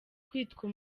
kwitwa